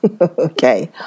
Okay